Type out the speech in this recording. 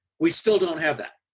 we still don't have that.